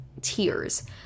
tears